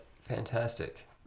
Fantastic